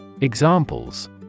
Examples